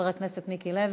אבל,